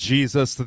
Jesus